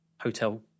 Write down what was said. hotel